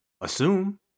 assume